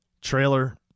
Trailer